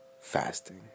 fasting